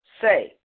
Say